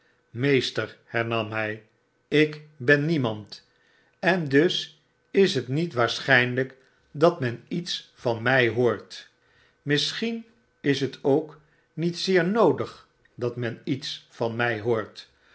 meester hernam hy ik ben niemand en dus is het niet waarschynlyk dat men iets van my hoort misschien is het ook niet zeer noodig dat men iets van my hoort